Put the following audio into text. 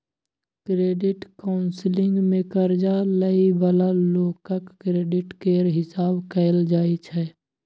credit counselling मे कर्जा लइ बला लोकक क्रेडिट केर हिसाब कएल जाइ छै